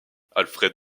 alfred